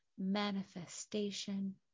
Manifestation